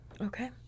Okay